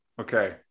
Okay